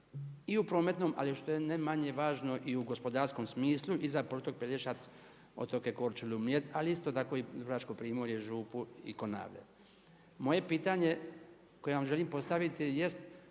i u prometnom, ali što je ne manje važno i u gospodarskom smislu i za poluotok Pelješac, otoke Korčulu i Mljet, ali isto tako i dubrovačko primorje, Župu i Konavle. Moje pitanje koje vam želim postaviti jest